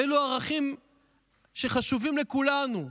אלו ערכים שחשובים לכולנו.